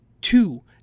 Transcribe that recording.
two